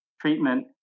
treatment